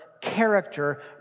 character